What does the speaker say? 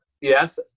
Yes